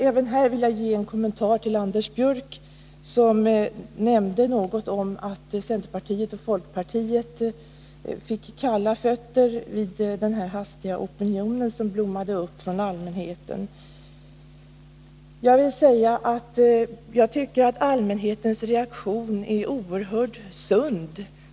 Även här vill jag ge en kommentar till Anders Björck som nämnde något om att centerpartiet och folkpartiet fick kalla fötter med anledning av den hastiga opinionen som blommade upp från allmänheten. Jag vill säga att jag tycker att allmänhetens reaktion är oerhört sund.